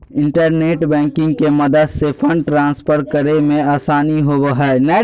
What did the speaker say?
internet banking के मदद से फंड ट्रांसफर करे मे आसानी होवो हय